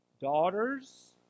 Daughters